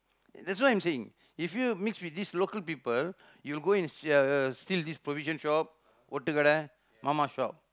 that's why I'm saying if you mix with these local people you'll go and uh steal this provision shop ஒட்டு கடை:otdu kadai mama shop